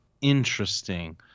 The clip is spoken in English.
interesting